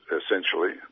essentially